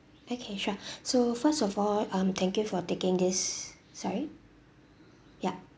okay sure so first of all um thank you for taking this sorry yup